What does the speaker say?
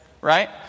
right